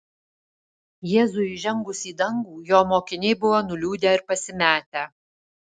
jėzui įžengus į dangų jo mokiniai buvo nuliūdę ir pasimetę